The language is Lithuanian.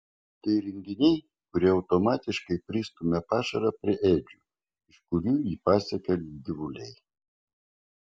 tai įrenginiai kurie automatiškai pristumia pašarą prie ėdžių iš kurių jį pasiekia gyvuliai